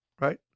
right